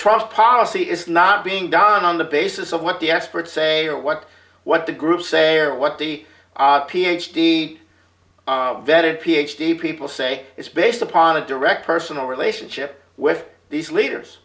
trust policy is not being done on the basis of what the experts say or what what the groups say or what the ph d vetted ph d people say it's based upon a direct personal relationship with these leaders